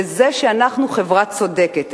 בזה שאנחנו חברה צודקת,